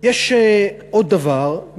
יש עוד דבר,